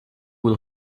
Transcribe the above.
will